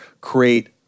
create